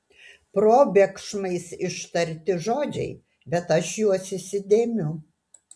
probėgšmais ištarti žodžiai bet aš juos įsidėmiu